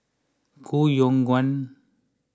Koh Yong Guan